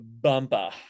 bumper